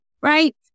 right